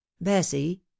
bessie